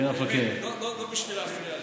לא בשביל להפריע לך,